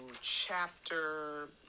chapter